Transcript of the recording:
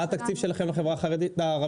מה התקציב שלכם בחברה הערבית?